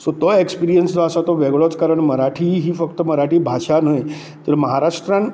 so तो experience जो आसा तो वेगळोच कारण मराठी ही फक्त मराठी भाशा न्हय तर महाराष्ट्रांत